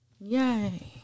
Yay